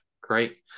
great